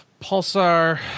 Pulsar